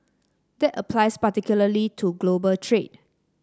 that applies particularly to global trade